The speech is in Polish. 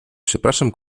przepraszam